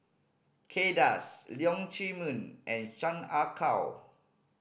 Kay Das Leong Chee Mun and Chan Ah Kow